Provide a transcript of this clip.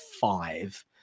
five